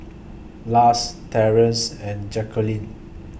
Lars Terrance and Jacqueline